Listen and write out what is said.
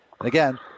Again